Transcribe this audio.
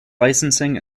licensing